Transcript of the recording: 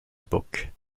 époque